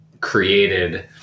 created